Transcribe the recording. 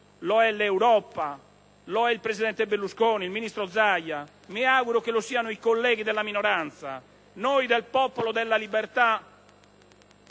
lo è l'Europa, lo sono il presidente Berlusconi e il ministro Zaia e mi auguro che lo siano i colleghi della minoranza. Noi del Popolo della Libertà